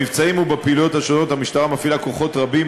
במבצעים ובפעילויות השונות המשטרה מפעילה כוחות רבים,